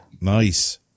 Nice